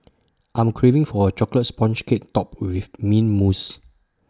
I'm craving for A Chocolate Sponge Cake Topped with Mint Mousse